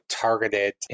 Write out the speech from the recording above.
targeted